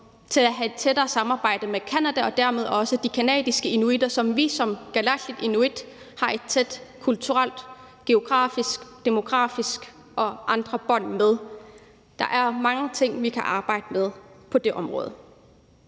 til at have et tættere samarbejde med Canada og dermed også de canadiske inuit, som vi kalaallit/inuit har tætte kulturelle, geografiske, demografiske og andre bånd med. Der er mange ting, vi kan arbejde med på det område.